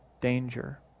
danger